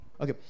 okay